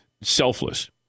selfless